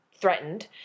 threatened